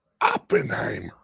Oppenheimer